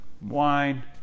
wine